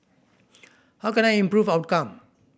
how can I improve outcome